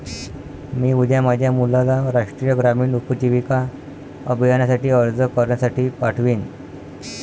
मी उद्या माझ्या मुलाला राष्ट्रीय ग्रामीण उपजीविका अभियानासाठी अर्ज करण्यासाठी पाठवीन